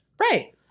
Right